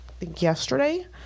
yesterday